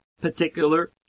particular